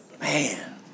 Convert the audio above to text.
Man